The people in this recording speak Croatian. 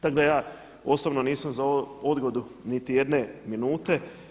Tako da ja osobno nisam za odgodu niti jedne minute.